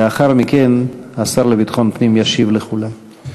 לאחר מכן השר לביטחון פנים ישיב לכולם.